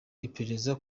iperereza